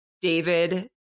David